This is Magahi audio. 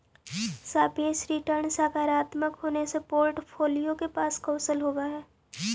सापेक्ष रिटर्न सकारात्मक होने से पोर्ट्फोलीओ के पास कौशल होवअ हई